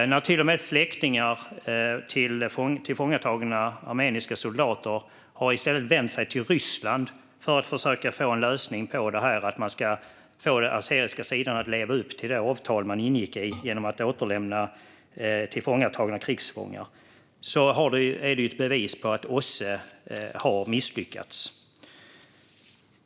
Det är till och med så att släktingar till tillfångatagna armeniska soldater i stället har vänt sig till Ryssland för att försöka få en lösning på detta och för att få den azeriska sidan att leva upp till det avtal man har ingått genom att återlämna krigsfångar, vilket är ett bevis på att OSSE har misslyckats.